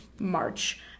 March